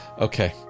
Okay